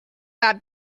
bad